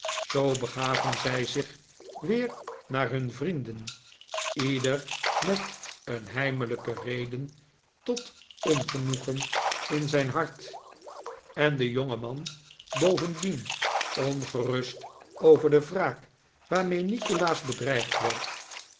zoo begaven zij zich weer naar hun vrienden ieder met een heimelijke reden tot ongenoegen in zijn hart en de jongel nikolaas nickleby man bovendien ongerust over de wraak waarmee nikolaas bedreigd werd